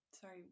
sorry